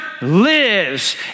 Lives